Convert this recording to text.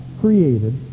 created